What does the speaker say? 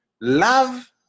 Love